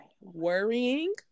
Worrying